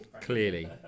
Clearly